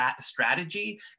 strategy